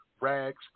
rags